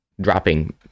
dropping